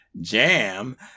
jam